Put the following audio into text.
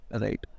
Right